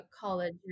college